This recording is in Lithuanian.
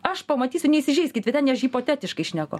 aš pamatysiu neįsižeiskit vyteni aš hipotetiškai šneku